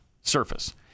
surface